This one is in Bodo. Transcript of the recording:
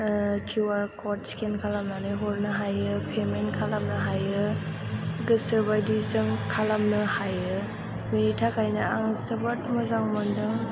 क्युआर क'ड स्केन खालामनानै हरनो हायो पेमेन्त खालामनो हायो गोसो बायदि जों खालामनो हायो बेनि थाखायनो आं जोबोद मोजां मोन्दों